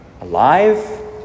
Alive